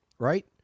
Right